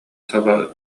саба